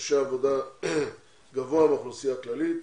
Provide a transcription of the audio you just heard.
דורשי עבודה גבוה מהאוכלוסייה הכללית.